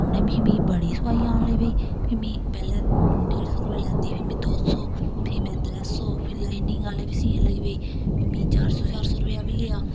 उ'नें मिगी मिगी बड़ी सुआाई आन लगी पेई फ्ही मी पैह्लें डेढ सौ रपेआ लैंदी ही फ्ही मि दो सौ फ्ही में त्रै सौ फ्ही लाइनिंग आह्ले बी सीन लगी पेई फ्ही मिगी चार सौ चार सौ रपेआ बी लेआ